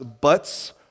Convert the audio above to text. butts